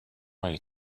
way